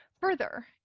Further